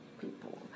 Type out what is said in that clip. people